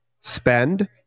Spend